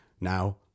now